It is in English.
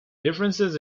differences